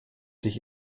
sich